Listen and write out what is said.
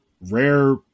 Rare